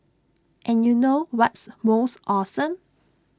and you know what's most awesome